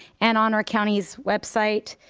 and on our county's website.